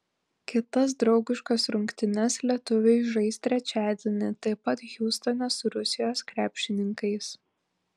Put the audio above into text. kitas draugiškas rungtynes lietuviai žais trečiadienį taip pat hjustone su rusijos krepšininkais